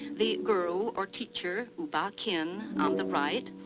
the guru or teacher, u ba khin, on the right,